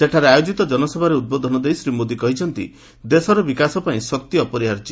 ସେଠାରେ ଆୟୋଜିତ ଜନସଭାରେ ଉଦ୍ବୋଧନ ଦେଇ ଶ୍ରୀ ମୋଦି କହିଛନ୍ତି ଦେଶର ବିକାଶପାଇଁ ଶକ୍ତି ଅପରିହାର୍ଯ୍ୟ